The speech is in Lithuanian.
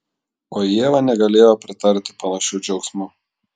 o ieva negalėjo pritarti panašiu džiaugsmu